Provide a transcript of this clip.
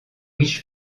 riches